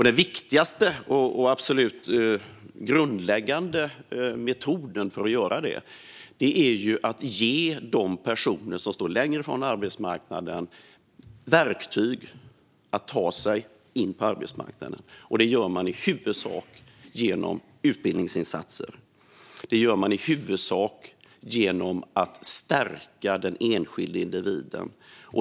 Den viktigaste och absolut grundläggande metoden för att göra det är att ge de personer som står längre från arbetsmarknaden verktyg att ta sig in på arbetsmarknaden. Det gör man i huvudsak genom utbildningsinsatser och genom att stärka den enskilda individen.